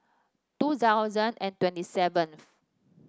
two thousand and twenty seventh